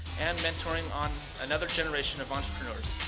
and mentoring on another generation of entrepreneurs.